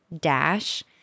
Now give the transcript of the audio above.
Dash